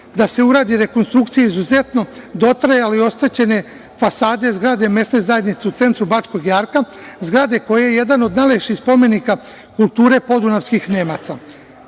da se uradi rekonstrukcija izuzetnog dotrajale i oštećene fasade zgrade mesne zajednice u centru Bačkog Jarka, zgrade koja je jedan od najlepših spomenika kulture podunavskih Nemaca.